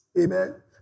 Amen